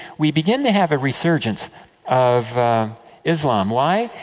we begin to have a resurgence of islam, why?